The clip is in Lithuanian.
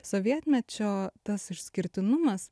sovietmečio tas išskirtinumas